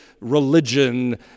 religion